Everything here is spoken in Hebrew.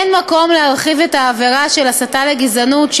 אין מקום להרחיב את העבירה של הסתה לגזענות,